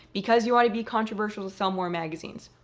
because you ought to be controversial to sell more magazines,